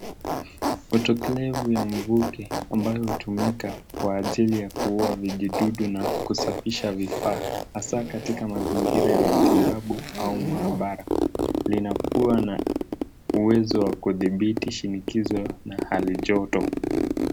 Utokelevu ya mvuke ambayo hutumika kwa ajili ya kuua vijidudu na kusafisha vifaa, hasa katika mazingira ya matibabu au maabara. Linakuwa na uwezo wa kudhibiti shinikizo na hali ya joto.